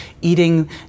eating